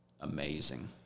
amazing